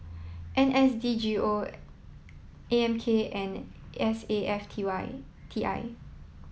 N S D G O A M K and S A F T Y T I